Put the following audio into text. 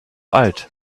alt